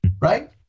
right